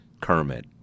Kermit